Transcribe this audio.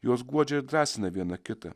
juos guodžia ir drąsina viena kitą